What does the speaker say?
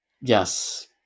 Yes